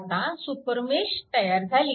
आता सुपरमेश तयार झाली